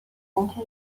اینکه